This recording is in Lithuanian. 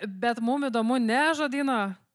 bet mum įdomu ne žodyno